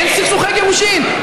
אין סכסוכי גירושים?